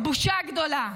בושה גדולה.